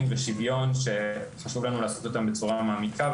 ושוויון שחשוב לנו לעשות אותם בצורה מעמיקה,